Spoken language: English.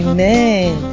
Amen